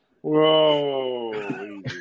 Whoa